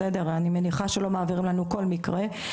אני מניחה שלא מעבירים לנו כל מקרה,